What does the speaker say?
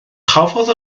cafodd